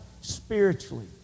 spiritually